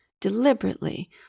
deliberately